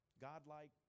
godlike